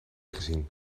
gezien